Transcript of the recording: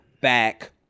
back